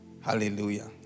Hallelujah